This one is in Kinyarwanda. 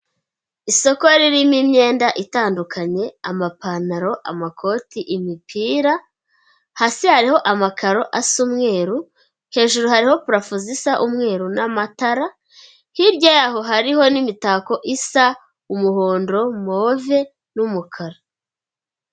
Isoko ririmo imyenda itandukanye amapantaro, amakoti, imipira; hasi hariho amakaro asa umweruru, hejuru harimo purafo zisa umweru n'amatara; hirya y'aho hariho n'imitako isa umuhondo, move n'umukara.